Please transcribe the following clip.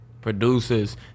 producers